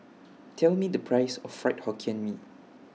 Tell Me The Price of Fried Hokkien Mee